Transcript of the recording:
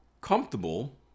comfortable